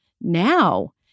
Now